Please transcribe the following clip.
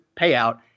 payout